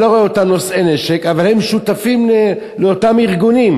אתה לא רואה אותם נושאים נשק אבל הם שותפים לאותם ארגונים.